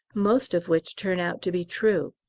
most of which turn out to be true.